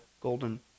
Golden